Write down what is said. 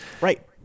right